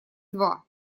два